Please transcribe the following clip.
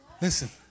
listen